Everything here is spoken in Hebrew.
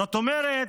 זאת אומרת,